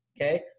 Okay